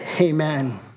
Amen